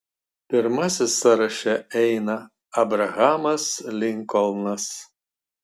pirmasis sąraše eina abrahamas linkolnas